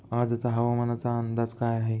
आजचा हवामानाचा अंदाज काय आहे?